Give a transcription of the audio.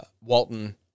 walton